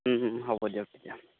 হ'ব দিয়ক তেতিয়া